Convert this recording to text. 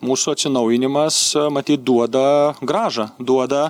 mūsų atsinaujinimas matyt duoda grąžą duoda